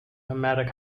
nomadic